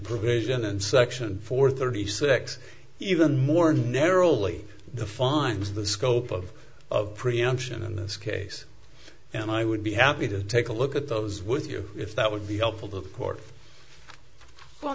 provision and section four thirty six even more narrowly defined as the scope of of preemption in this case and i would be happy to take a look at those with you if that would be helpful of cour